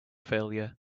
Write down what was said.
failure